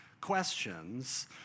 questions